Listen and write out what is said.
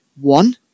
one